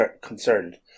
concerned